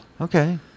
Okay